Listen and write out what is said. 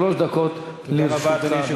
שלוש דקות לרשותך, אדוני.